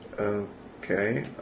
Okay